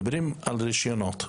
מדברים על רישיונות.